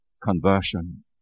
conversion